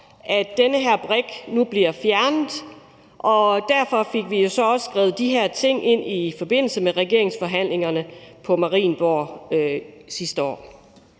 at den her brik nu bliver fjernet, og derfor fik vi så også skrevet de her ting ind i forbindelse med regeringsforhandlingerne på Marienborg sidste år.